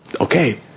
Okay